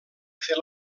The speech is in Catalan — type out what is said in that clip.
fer